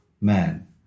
man